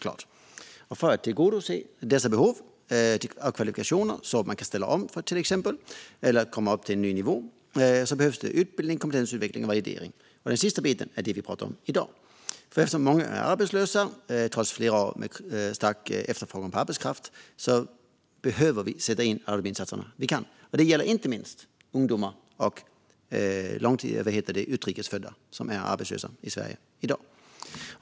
För att tillgodose dessa behov av kvalifikationer, så att man kan ställa om eller komma upp på en ny nivå, behövs utbildning, kompetensutveckling och validering. Det sista är det vi talar om i dag. Många är dock arbetslösa trots flera år med stark efterfrågan på arbetskraft. Därför behöver vi sätta in alla insatser vi kan. Det gäller inte minst ungdomar och utrikes födda som är arbetslösa i Sverige i dag.